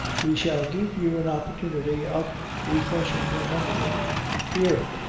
we shall give you an opportunity of refreshing your memory here,